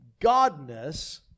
Godness